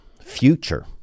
Future